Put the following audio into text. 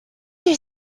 you